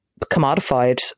commodified